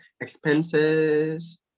expenses